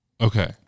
Okay